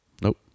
Nope